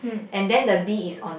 and then the bee is on